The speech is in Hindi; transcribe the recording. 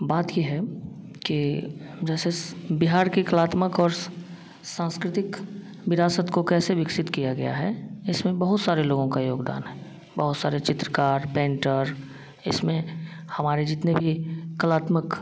बात ये है कि जैसे बिहार की कलात्मक और सांस्कृतिक विरासत को कैसे विकसित किया गया है इसमें बहुत सारे लोगों का योगदान है बहुत सारे चित्रकार पेंटर इसमें हमारे जितने भी कलात्मक